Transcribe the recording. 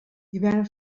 hivern